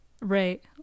Right